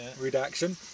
redaction